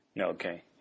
Okay